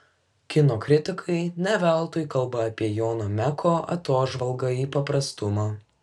kino kritikai ne veltui kalba apie jono meko atožvalgą į paprastumą